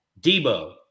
Debo